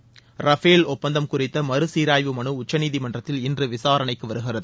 Rafale ஒப்பந்தம் குறித்த மறுசீராய்வு மனு உச்சநீதிமன்றத்தில் இன்று விசாரணைக்கு வருகிறது